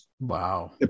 Wow